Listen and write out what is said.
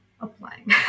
applying